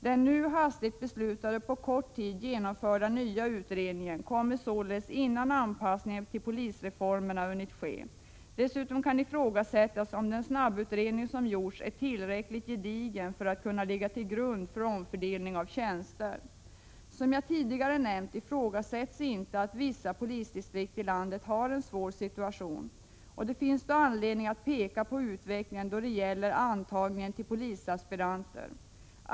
Den nu hastigt beslutade och på kort tid genomförda nya utredningen kommer således innan anpassningen till polisreformen har hunnit ske. Dessutom kan ifrågasättas om den snabbutredning som gjorts är tillräckligt gedigen för att kunna ligga till grund för omfördelning av tjänster. Som jag tidigare nämnde ifrågasätts inte att vissa polisdistrikt i landet har en svår situation. Det finns då anledning att peka på utvecklingen när det gäller antagningen till polisaspiranter.